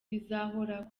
bizahora